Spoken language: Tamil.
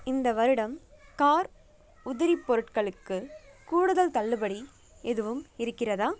இந்த வருடம் கார் உதிரிப்பொருட்களுக்கு கூடுதல் தள்ளுபடி எதுவும் இருக்கிறதா